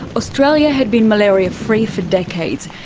australia had been malaria-free for decades,